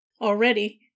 Already